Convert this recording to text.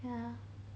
ya